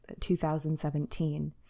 2017